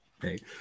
Okay